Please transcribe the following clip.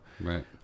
Right